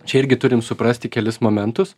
čia irgi turim suprasti kelis momentus